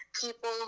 people